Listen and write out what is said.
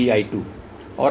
तो V1AV2−BI2